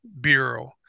bureau